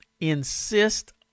insist